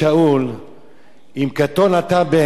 אם קטון אתה בעיניך, ראש שבטי ישראל אתה.